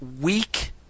weak